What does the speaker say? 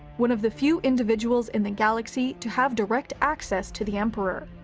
one of the few individuals in the galaxy to have direct access to the emperor.